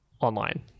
online